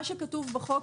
מה שכתוב בחוק,